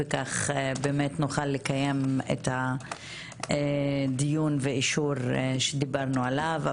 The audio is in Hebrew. וכך באמת נוכל לקיים את הדיון והאישור שדיברנו עליו.